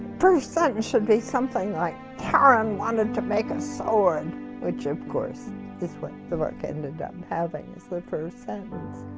first sentence should be something like taran wanted to make a sword which of course is but what work ended up having as the first sentence.